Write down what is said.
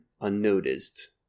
unnoticed